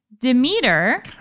Demeter-